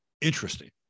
interesting